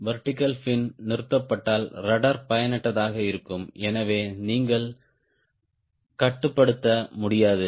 vertical pin நிறுத்தப்பட்டால் rudder பயனற்றதாக இருக்கும் எனவே நீங்கள் கட்டுப்படுத்த முடியாது